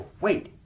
Wait